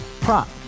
prop